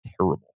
terrible